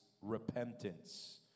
repentance